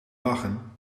lachen